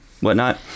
whatnot